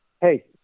Hey